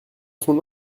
son